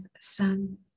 sun